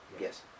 Yes